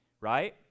right